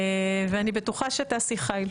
ואני בטוחה שאת תעשי חייל.